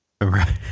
right